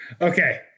Okay